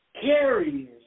carriers